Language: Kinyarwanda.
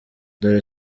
dore